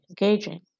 engaging